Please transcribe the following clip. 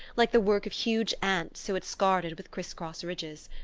like the work of huge ants who had scarred it with criss-cross ridges.